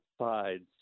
sides